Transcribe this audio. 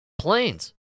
planes